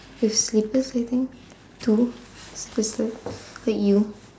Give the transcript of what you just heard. with slippers I think too with slippers like like you